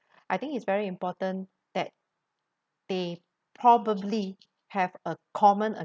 I think it's very important that they probably have a common